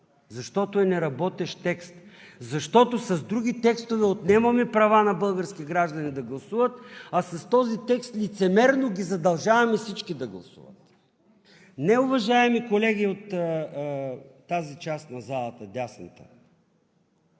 защото е неработещ текст; защото с други текстове отнемаме права на български граждани да гласуват, а с този текст лицемерно ги задължаваме всички да гласуват. Не, уважаеми колеги от тази част на залата – дясната,